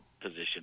position